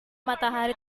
matahari